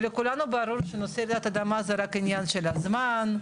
ולכולנו ברור שנושא רעידת אדמה זה רק עניין של זמן.